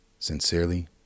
Sincerely